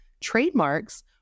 trademarks